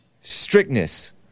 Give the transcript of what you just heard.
strictness